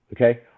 Okay